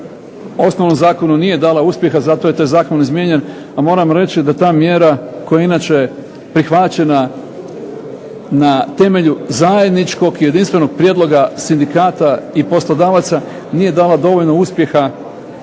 osnovnom Zakonu nije dala uspjeha, pa je taj zakon izmijenjen, ali moram reći da ta mjera koja je inače prihvaćena na temelju zajedničkog, jedinstvenog prijedloga sindikata i poslodavaca, nije dala dovoljno uspjeha